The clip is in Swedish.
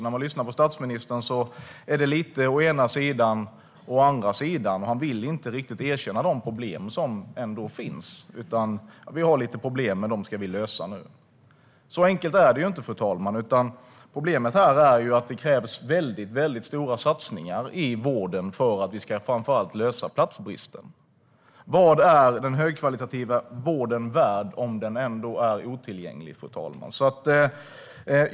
När man lyssnar på statsministern hör man att det är lite å ena sidan och lite å andra sidan. Han vill inte riktigt erkänna de problem som finns: Ja, vi har lite problem, men dem ska vi lösa nu. Så enkelt är det inte, fru talman. Problemet är att det krävs väldigt stora satsningar i vården för att vi ska kunna lösa platsbristen, framför allt. Vad är den högkvalitativa vården värd om den är otillgänglig, fru talman?